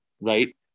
right